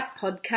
Podcast